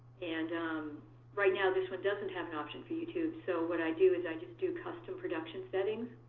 and um right now this one doesn't have an option for youtube, so what i do is i just do custom production settings.